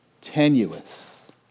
tenuous